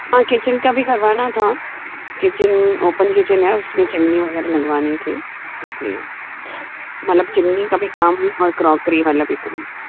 हाँ किचन का भी करवाना था किचन ओपन किचन है उस में चिमनी वग़ैरह लगवानी थी इस लिए मतलब चिमनी का भी काम और क्रोक्री वाला भी काम